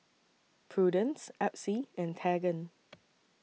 Prudence Epsie and Tegan